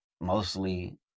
mostly